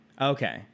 Okay